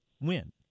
win